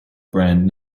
brand